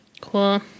Cool